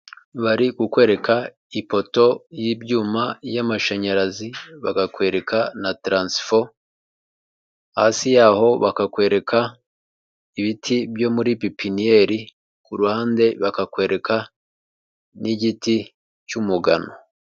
Bari kukwereka ipoto y'ibyuma y'amashanyarazi, bakakwereka na taransifo, hasi yaho bakakwereka ibiti byo muri pipiniyeri, ku ruhande bakakwereka n'igiti cy'umugano.